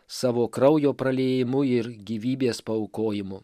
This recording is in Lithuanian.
savo kraujo praliejimu ir gyvybės paaukojimu